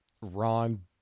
Ron